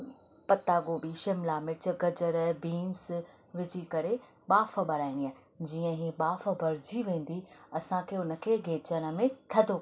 पत्ता गोभी शिमला मिर्चु गजरु बींस विझी करे ॿाफ़ भराइणी आहे जीअं ई ॿाफ़ भरिजी वेंदी असां खे हुन खे घेचण में थधो करिणो आहे